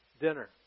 dinner